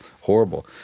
Horrible